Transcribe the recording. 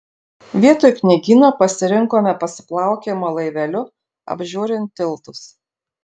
vietoj knygyno pasirinkome pasiplaukiojimą laiveliu apžiūrint tiltus